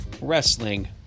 wrestling